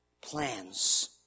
plans